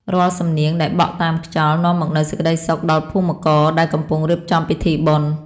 រាល់សំនៀងដែលបក់តាមខ្យល់ នាំមកនូវសេចក្ដីសុខដល់ភូមិករដែលកំពុងរៀបចំពិធីបុណ្យ។